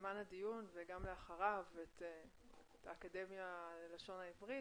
בזמן הדיון וגם לאחריו את האקדמיה ללשון עברית